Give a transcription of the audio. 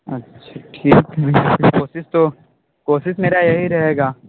अच्छा ठीक ओके कोशिश तो कोशिश मेरा यही रहेगा